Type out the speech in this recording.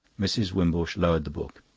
mrs. wimbush lowered the book.